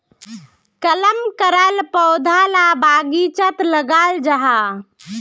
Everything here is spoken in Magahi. कलम कराल पौधा ला बगिचात लगाल जाहा